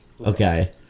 Okay